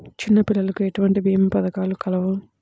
చిన్నపిల్లలకు ఎటువంటి భీమా పథకాలు కలవు?